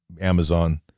Amazon